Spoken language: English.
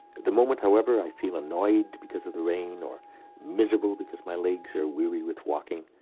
the moment, however, i feel annoyed because of the rain or miserable because my legs are weary with walking,